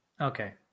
Okay